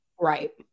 Right